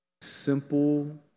Simple